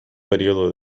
periodo